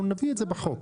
אנחנו נביא את זה בחוק.